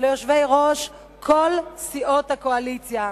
וליושבי-ראש כל סיעות הקואליציה.